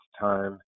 time